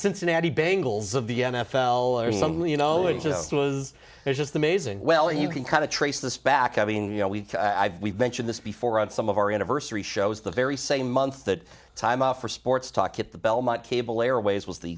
cincinnati bengals of the n f l or somebody you know it just was just amazing well and you can kind of trace this back i mean you know we we've mentioned this before on some of our anniversary shows the very same month that time off for sports talk at the belmont cable airways was the